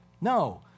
No